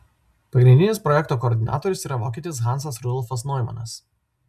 pagrindinis projekto koordinatorius yra vokietis hansas rudolfas noimanas